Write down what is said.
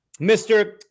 Mr